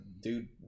dude